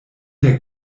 der